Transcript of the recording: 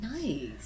Nice